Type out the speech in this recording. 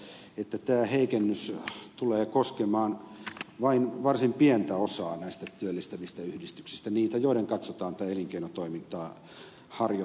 satonenkin sanoi että tämä heikennys tulee koskemaan vain varsin pientä osaa näistä työllistävistä yhdistyksistä niitä joiden katsotaan elinkeinotoimintaa harjoittavan